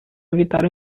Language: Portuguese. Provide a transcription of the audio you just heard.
evitar